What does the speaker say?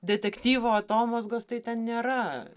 detektyvo atomazgos tai ten nėra